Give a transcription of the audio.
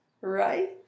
right